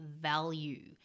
value